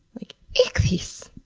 like, ichthys!